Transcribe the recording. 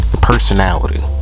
personality